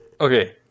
Okay